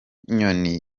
nyoni